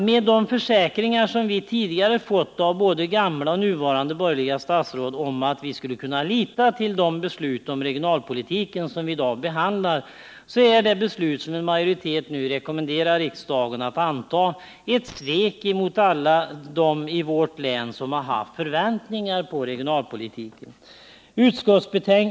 Med de försäkringar som vi tidigare fått av både gamla och nuvarande borgerliga statsråd om att vi skulle kunna lita till det beslut om regionalpolitiken som vi i dag behandlar, så är det beslut som en majoritet nu rekommenderar riksdagen att anta ett svek mot alla dem i vårt län som haft förväntningar på regionalpolitiken.